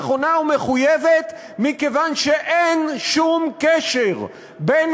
נכונה ומחויבת מכיוון שאין שום קשר בין